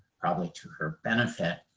probably to her benefit,